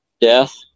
death